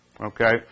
Okay